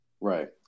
Right